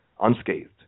unscathed